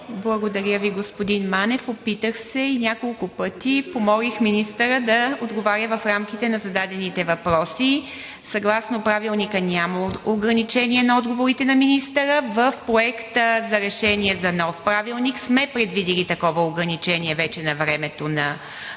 Благодаря Ви, господин Манев. Опитах се и няколко пъти помолих министъра да отговаря в рамките на зададените въпроси. Съгласно Правилника няма ограничение на отговорите на министъра. В проекта за решение за нов правилник сме предвидили вече такова ограничение на времето на министъра,